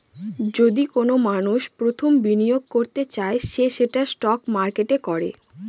যদি কোনো মানষ প্রথম বিনিয়োগ করতে চায় সে সেটা স্টক মার্কেটে করে